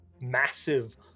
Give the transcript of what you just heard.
massive